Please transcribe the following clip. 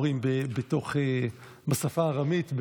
אומרים בשפה הארמית,